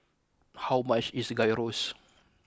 how much is Gyros